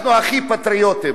אנחנו הכי פטריוטים.